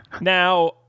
Now